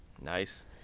Nice